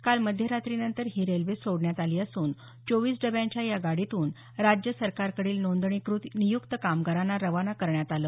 काल मध्यरात्रीनंतर ही रेल्वे सोडण्यात आली असून चोवीस डब्यांच्या या गाडीतून राज्य सरकारकडील नोंदणीकृत नियुक्त कामगारांना रवाना करण्यात आलं